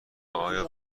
آیا